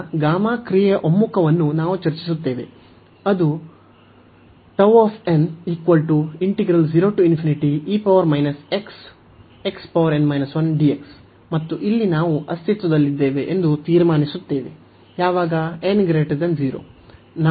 ಈಗ ಗಾಮಾ ಕ್ರಿಯೆಯ ಒಮ್ಮುಖವನ್ನು ನಾವು ಚರ್ಚಿಸುತ್ತೇವೆ ಅದು ಮತ್ತು ಇಲ್ಲಿ ನಾವು ಅಸ್ತಿತ್ವದಲ್ಲಿದ್ದೇವೆ ಎಂದು ತೀರ್ಮಾನಿಸುತ್ತೇವೆ ಯಾವಾಗ n 0